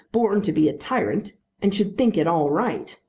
born to be a tyrant and should think it all right,